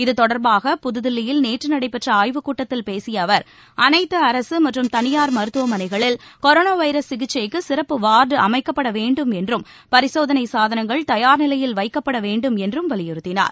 இத்தொடர்பாக புதுதில்லியில் நேற்று நடைபெற்ற ஆய்வுக் கூட்டத்தில் பேசிய அவர் அனைத்து அரசு மற்றும் தனியார் மருத்துவமனைகளில் கொரோனா வைரஸ் சிகிச்சைக்கு சிறப்பு வார்டு அமைக்கப்பட வேண்டும் என்றும் பரிசோதனை சாதனங்கள் தயார் நிலையில் வைக்கப்பட வேண்டும் என்றும் வலியுறுத்தினார்